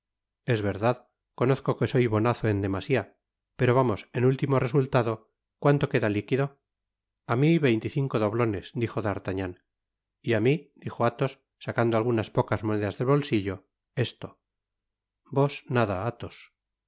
es verdad conozco que soy bonazo en demasia pero vamos en último resultado cuánto queda liquido im i a mi veinte y cinco doblones dijo d'artagnan y á mi dijo athos sacando algunas pocas monedas del bolsillo esto vos nada athos